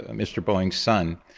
ah mr boeing's son,